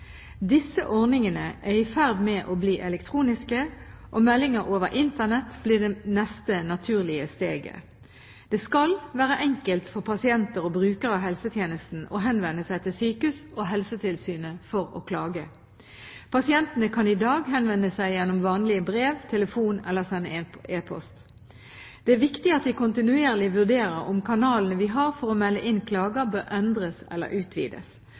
Disse ordningene er i ferd med å bli elektroniske, og meldinger over Internett blir det neste naturlige steget. Det skal være enkelt for pasienter og brukere av helsetjenesten å henvende seg til sykehus og Helsetilsynet for å klage. Pasientene kan i dag henvende seg gjennom vanlig brev, telefon eller sende e-post. Det er viktig at vi kontinuerlig vurderer om kanalene vi har for å melde inn klager, bør endres eller utvides.